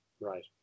Right